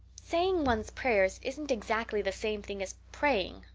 saying one's prayers isn't exactly the same thing as praying,